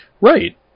Right